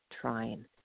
trying